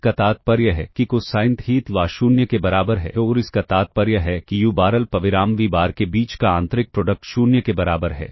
इसका तात्पर्य है कि कोसाइन थीटा 0 के बराबर है और इसका तात्पर्य है कि u बार अल्पविराम V बार के बीच का आंतरिक प्रोडक्ट 0 के बराबर है